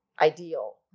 ideal